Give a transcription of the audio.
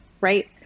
right